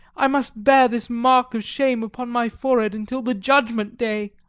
i must bear this mark of shame upon my forehead until the judgment day.